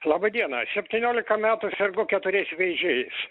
laba diena septyniolika metų sergu keturiais vėžiais